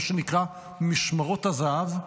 מה שנקרא משמרות הזה"ב.